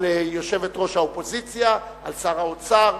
על יושבת-ראש האופוזיציה, על שר האוצר,